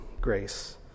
grace